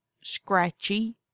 scratchy